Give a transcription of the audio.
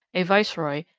a viceroy,